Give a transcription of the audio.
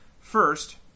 first